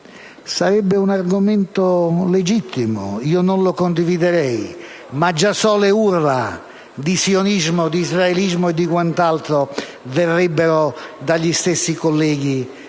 Sarebbe un argomento legittimo, anche se io non lo condividerei; ma già so le urla di sionismo, di israelismo e di quant'altro verrebbero dagli stessi colleghi